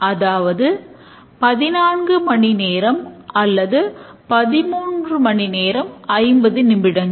அதாவது 14 மணி நேரம் அல்லது 13 மணிநேரம் 50 நிமிடங்கள்